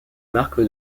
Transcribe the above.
marques